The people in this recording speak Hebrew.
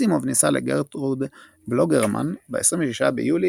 אסימוב נישא לגרטרוד בלוגרמן ב-26 ביולי